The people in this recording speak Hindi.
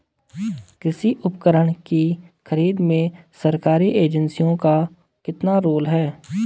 कृषि उपकरण की खरीद में सरकारी एजेंसियों का कितना रोल है?